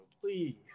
please